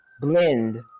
blend